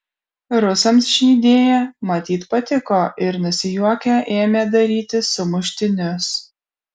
rusams ši idėja matyt patiko ir nusijuokę ėmė daryti sumuštinius